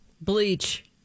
Bleach